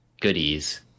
goodies